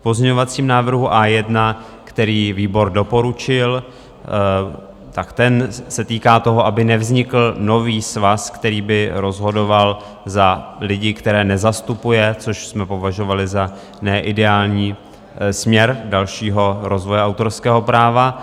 V pozměňovacím návrhu A1, který výbor doporučil, tak ten se týká toho, aby nevznikl nový svaz, který by rozhodoval za lidi, které nezastupuje, což jsme považovali za ne ideální směr dalšího rozvoje autorského práva.